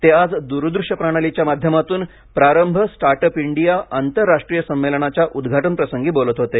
ते आज द्रदृश्य प्राणलीच्या माध्यमातून प्रारंभ स्टार्ट आप इंडिया आंतरराष्ट्रीय संमेलनाच्या उद्घाटन प्रसंगी बोलत होते